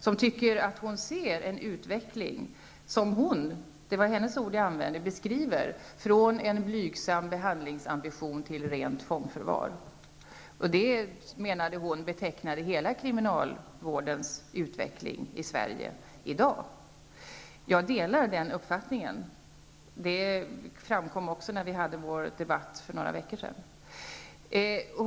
Chefen tycker att hon ser en utveckling från en blygsam behandlingsambition till rent fångförvar. Det var hennes ord som jag använde tidigare. Hon menar att detta är kännetecknande för hela den svenska kriminalvårdens utveckling i dag. Jag delar denna uppfattning. Det framkom också vid vår debatt för några veckor sedan.